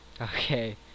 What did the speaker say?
Okay